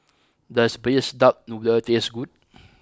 does Braised Duck Noodle taste good